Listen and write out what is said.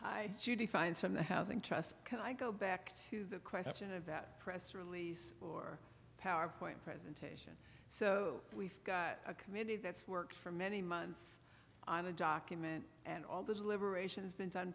define some housing trust can i go back to the question about press release or power point presentation so we've got a committee that's worked for many months on a document and all this liberation has been done